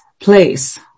place